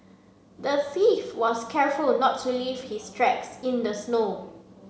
the thief was careful not to leave his tracks in the snow